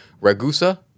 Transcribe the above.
Ragusa